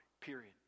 period